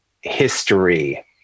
history